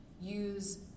use